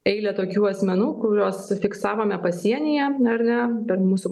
eilę tokių asmenų kuriuos fiksavome pasienyje ar ne ten mūsų